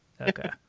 Okay